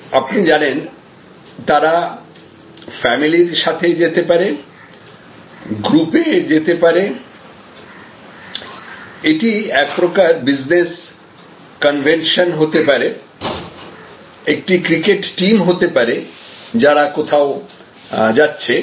আপনি জানেন তারা ফ্যামিলির সঙ্গে যেতে পারে গ্রুপে যেতে পারে এটি একপ্রকার বিজনেস কনভেনশন হতে পারে একটি ক্রিকেট টিম হতে পারে যারা কোথাও যাচ্ছে